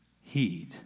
heed